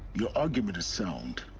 your argument is sound